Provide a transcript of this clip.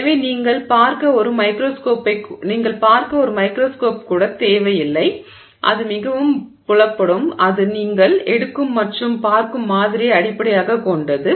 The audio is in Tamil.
எனவே நீங்கள் பார்க்க ஒரு மைக்ரோஸ்கோப் கூட தேவையில்லை அது மிகவும் புலப்படும் இது நீங்கள் எடுக்கும் மற்றும் பார்க்கும் மாதிரியை அடிப்படையாகக் கொண்டது